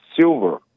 Silver